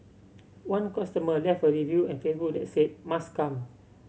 one customer left a review at Facebook that said must come